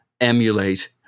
emulate